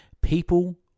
People